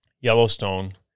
Yellowstone